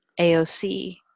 AOC